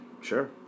sure